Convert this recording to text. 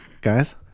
Guys